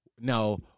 No